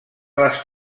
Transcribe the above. les